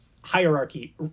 hierarchy